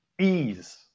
ease